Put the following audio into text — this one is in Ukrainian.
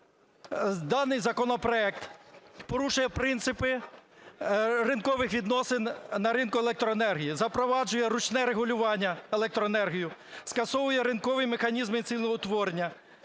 даний законопроект порушує принципи ринкових відносин на ринку електроенергії, запроваджує ручне регулювання електроенергії, скасовує ринкові механізми ціноутворення,